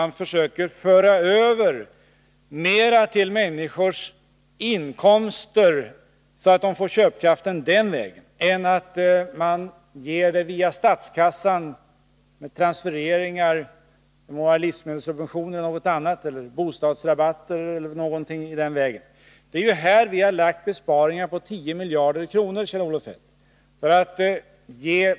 Man försöker föra över mera till människors inkomster, så att de får köpkraften den vägen i stället för att få den genom transfereringar via statskassan — det må gälla livsmedelssubventioner, bostadsrabatter eller någonting i den vägen. Här har vi ju gjort reala besparingar på 10 miljarder kronor, Kjell-Olof Feldt!